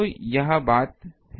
तो यह बात है